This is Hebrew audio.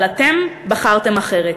אבל אתם בחרתם אחרת,